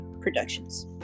productions